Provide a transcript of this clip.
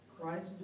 Christ